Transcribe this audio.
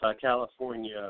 California